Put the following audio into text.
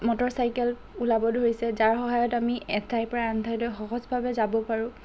motorcycle ওলাব ধৰিছে যাৰ সহায়ত আমি এঠাইৰ পৰা আনঠাইলৈ সহজভাৱে যাব পাৰোঁ